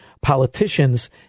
politicians